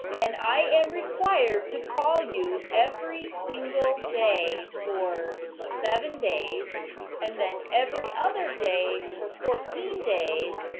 and i am required to call you every single day for seven days and then every other day for fourteen days,